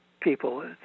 people